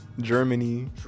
Germany